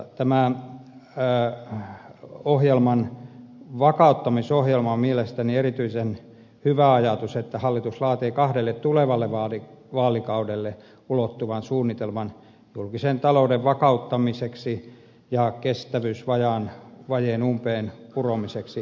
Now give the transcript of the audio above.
tämä vakauttamisohjelma on mielestäni erityisen hyvä ajatus se että hallitus laatii kahdelle tulevalle vaalikaudelle ulottuvan suunnitelman julkisen talouden vakauttamiseksi ja kestävyysvajeen umpeenkuromiseksi